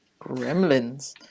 Gremlins